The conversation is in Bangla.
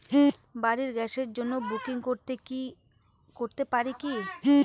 বাড়ির গ্যাসের জন্য বুকিং করতে পারি কি?